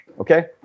Okay